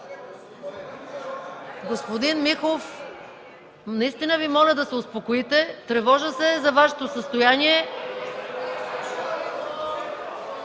Господин Михов, наистина Ви моля да се успокоите. Тревожа се за Вашето състояние.